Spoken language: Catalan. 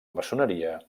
maçoneria